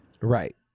Right